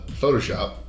Photoshop